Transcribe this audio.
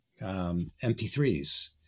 MP3s